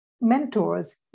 Mentors